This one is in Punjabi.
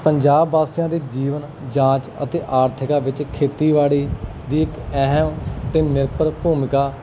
ਪੰਜਾਬ ਵਾਸੀਆਂ ਦੇ ਜੀਵਨ ਜਾਂਚ ਅਤੇ ਆਰਥਿਕਾਂ ਵਿੱਚ ਖੇਤੀਬਾੜੀ ਦੀ ਇੱਕ ਅਹਿਮ ਅਤੇ ਨਿਰਭਰ ਭੂਮਿਕਾ